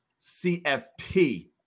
cfp